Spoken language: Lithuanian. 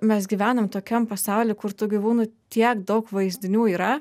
mes gyvenam tokiam pasaulyje kur tų gyvūnų tiek daug vaizdinių yra